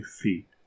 feet